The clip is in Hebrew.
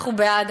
אנחנו בעד.